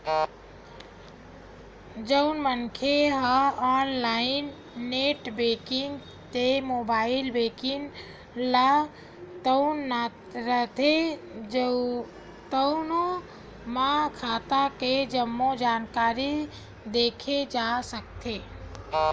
जउन मनखे ह ऑनलाईन नेट बेंकिंग ते मोबाईल बेंकिंग ल बउरथे तउनो म खाता के जम्मो जानकारी देखे जा सकथे